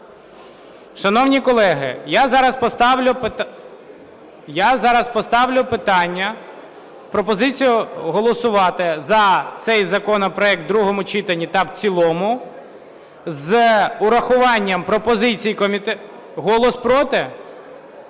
Шановні колеги, я зараз поставлю питання, пропозицію голосувати за цей законопроект у другому читанні та в цілому з урахуванням пропозицій… "Голос" проти?